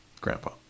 grandpa